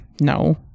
No